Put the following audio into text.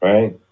Right